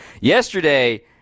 Yesterday